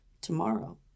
tomorrow